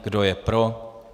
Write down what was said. Kdo je pro?